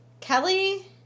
Kelly